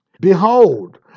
Behold